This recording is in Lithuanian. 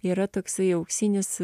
yra toksai auksinis